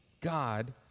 God